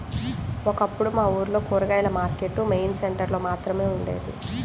ఒకప్పుడు మా ఊర్లో కూరగాయల మార్కెట్టు మెయిన్ సెంటర్ లో మాత్రమే ఉండేది